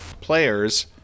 players